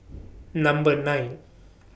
Number nine